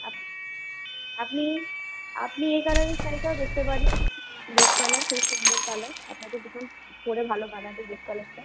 up আপনি আপনি এই কালারের শাড়িটাও দেখতে পারেন রেড কালার খুব সুন্দর কালার আপনাকে ভীষণ পরে ভালো মানাবে রেড কালারটা